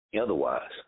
otherwise